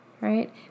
right